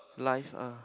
live uh